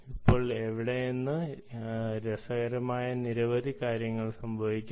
ഇപ്പോൾ ഇവിടെ നിന്ന് രസകരമായ നിരവധി കാര്യങ്ങൾ സംഭവിക്കാം